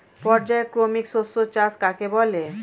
পর্যায়ক্রমিক শস্য চাষ কাকে বলে?